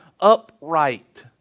upright